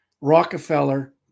Rockefeller